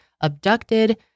abducted